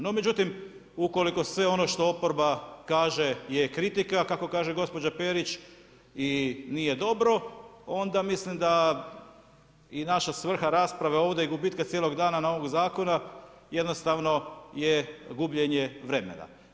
No međutim ukoliko sve ono što oporba kaže je kritika kako kaže gospođa Perić i nije dobro, onda mislim da i naša svrha rasprave ovdje i gubitka cijelog dana ovog zakona jednostavno je gubljenje vremena.